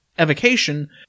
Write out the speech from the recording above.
evocation